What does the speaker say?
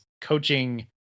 coaching